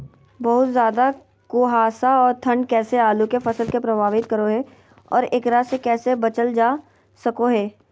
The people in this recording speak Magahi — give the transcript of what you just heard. बहुत ज्यादा कुहासा और ठंड कैसे आलु के फसल के प्रभावित करो है और एकरा से कैसे बचल जा सको है?